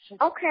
Okay